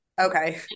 Okay